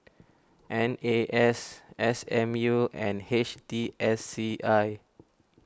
N A S S M U and H T S C I